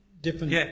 different